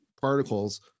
particles